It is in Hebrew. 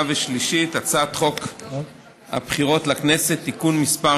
ושלישית את הצעת חוק הבחירות לכנסת (תיקון מס'